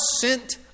sent